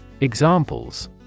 Examples